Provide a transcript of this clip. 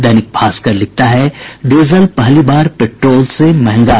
दैनिक भास्कर लिखता है डीजल पहली बार पेट्रोल से महंगा